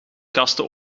kasten